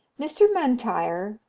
mr. m'intyre,